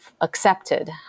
accepted